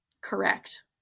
Correct